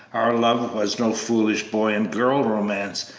our love was no foolish boy and girl romance,